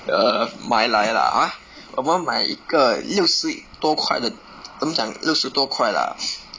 err mailai lah err 我们买一个六十多块的怎样讲六十多块 lah